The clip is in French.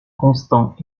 constant